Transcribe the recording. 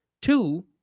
Two